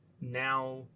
now